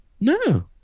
No